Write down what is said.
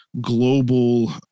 global